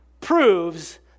proves